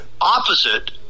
opposite